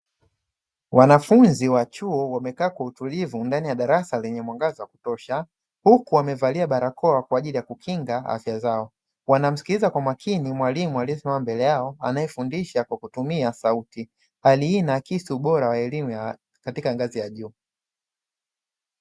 Wanafunzi wa chuo wamekaa kwa utulivu ndani ya darasa lenye mwangaza wa kutosha. Huku wamevalia barakoa kwa ajili ya kukinga afya zao; wanamskiliza kwa makini mwalimu aliesimama mbele yao, anaefundisha kwa kutumia sauti. Hali hii inaakisi ubora wa elimu katika ngazi ya juu.